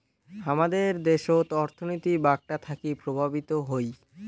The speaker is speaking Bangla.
হামাদের দ্যাশোত অর্থনীতি বাঁকটা থাকি প্রভাবিত হই